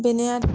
बेनोआरो